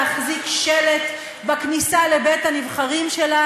להחזיק שלט בכניסה לבית-הנבחרים שלה